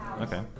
Okay